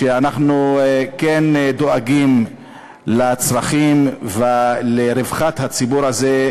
שאנחנו כן דואגים לצרכים ולרווחת הציבור הזה,